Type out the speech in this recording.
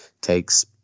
takes